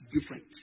different